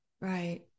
Right